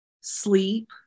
sleep